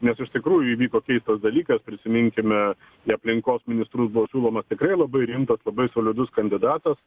nes iš tikrųjų įvyko keistas dalykas prisiminkime į aplinkos ministrus buvo siūlomas tikrai labai rimtas labai solidus kandidatas